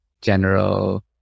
general